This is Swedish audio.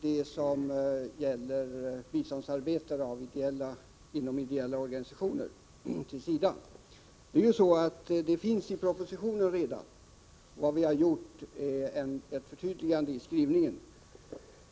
personkretsen till att omfatta biståndsarbetare anställda av ideella organisationer som får bidragen genom SIDA. Men ett tillkännagivande om detta finns redan i propositionen. Vad vi har gjort är att vi infört ett förtydligande i skrivningen.